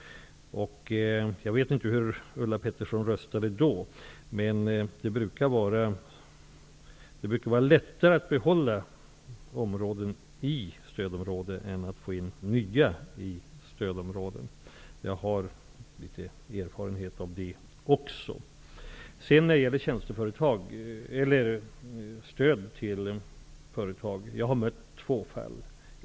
Jag vet inte hur Ulla Pettersson röstade då, men det brukar vara lättare att behålla områden i stödområde än att placera in nya där. Jag har erfarenhet av det också. När det gäller stöd till företag, har jag mött två fall.